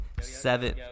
seven